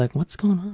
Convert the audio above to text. like what's going on?